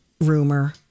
rumor